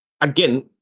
Again